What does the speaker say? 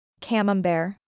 Camembert